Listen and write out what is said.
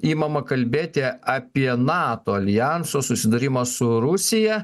imama kalbėti apie nato aljanso susidūrimą su rusija